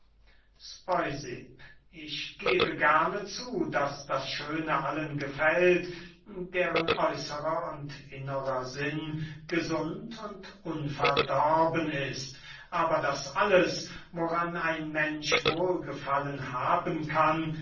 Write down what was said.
ich gebe gern zu daß das schöne allen gefällt deren äußerer und innerer sinn gesund und unverdorben ist aber daß alles woran ein mensch wohlgefallen haben kann